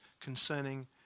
concerning